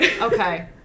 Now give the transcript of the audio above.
Okay